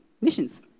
Missions